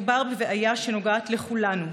מדובר בבעיה שנוגעת לכולנו.